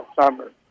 summer